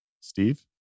Steve